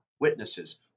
witnesses